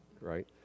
right